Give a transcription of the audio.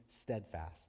steadfast